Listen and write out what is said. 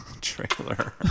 trailer